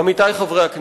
עמיתי חברי הכנסת,